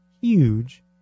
huge